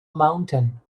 mountain